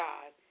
God